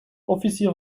officier